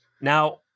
Now